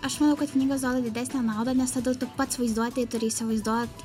aš manau kad jos duoda didesnę naudą nes tada tu pats vaizduotėj turi įsivaizduot